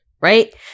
right